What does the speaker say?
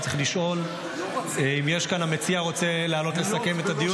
הוא צריך לשאול אם המציע רוצה לעלות לסכם את הדיון.